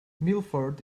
milford